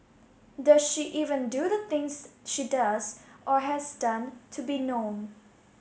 does she even do the things she does or has done to be known